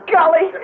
Golly